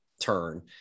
turn